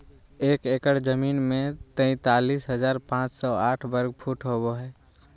एक एकड़ जमीन में तैंतालीस हजार पांच सौ साठ वर्ग फुट होबो हइ